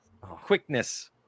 quickness